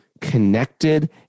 connected